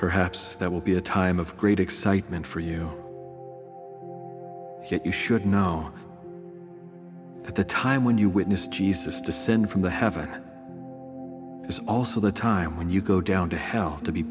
perhaps that will be a time of great excitement for you that you should know that the time when you witness jesus descend from the heaven is also the time when you go down to hell to be